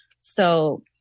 So-